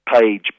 page